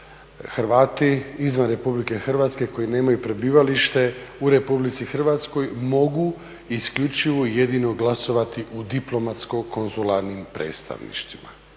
Hrvati izvan Republike Hrvatske koji nemaju prebivalište u Republici Hrvatskoj mogu isključivo i jedino glasovati u diplomatsko-konzularnim predstavništvima